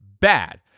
bad